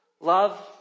love